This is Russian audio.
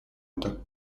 это